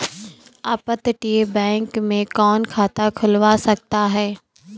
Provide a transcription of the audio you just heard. अपतटीय बैंक में कौन खाता खुलवा सकता है?